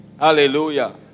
Hallelujah